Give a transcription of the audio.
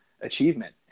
achievement